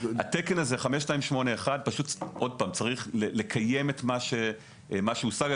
תקן 5281 צריך לקיים את מה שהושג.